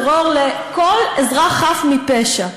טרור נגד כל אזרח חף מפשע.